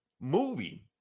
movie